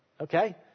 Okay